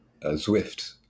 Zwift